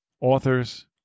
authors